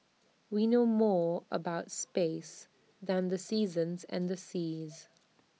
we know more about space than the seasons and the seas